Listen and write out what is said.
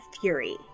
fury